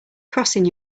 crossing